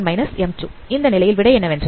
இந்நிலையில் விடை என்னவென்றால் uSW 1 இதுவாகும்